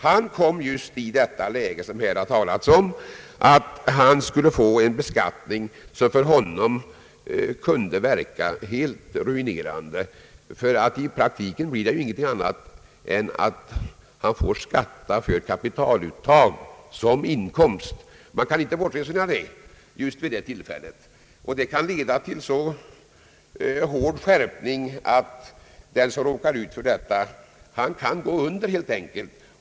Han kom just i det läge som det här har talats om, nämligen att han skulle få en beskattning som för honom kunde verka helt ruinerande. I praktiken blir resultatet att skatt utgår för kapitaluttag som om det vore inkomst. Man kan inte bortresonera detta. Det kan leda till en så hård beskattning att den som råkar ut för detta helt enkelt kan gå under.